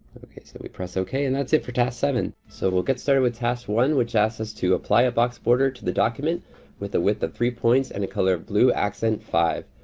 okay, so we press okay, and that's it for task seven. so, we'll get started with task one, which asks us to apply a box border to the document with the width of three points, and the color of blue accent five.